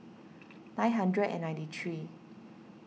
nine hundred and ninety three